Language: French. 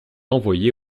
envoyé